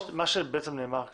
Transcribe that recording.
מה שבעצם נאמר כאן,